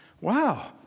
Wow